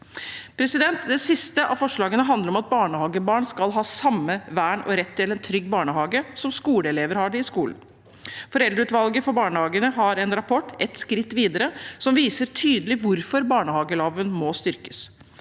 erfaring. Det siste av forslagene handler om at barnehagebarn skal ha samme vern og rett til en trygg barnehage som skoleelever har i skolen. Rapporten til Foreldreutvalget for barnehager, «Ett skritt videre», viser tydelig hvorfor barnehageloven må styrkes.